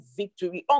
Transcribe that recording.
victory